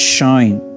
Shine